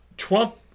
Trump